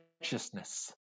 righteousness